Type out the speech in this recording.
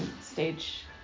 stage